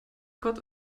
got